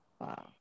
Wow